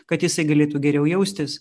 kad jisai galėtų geriau jaustis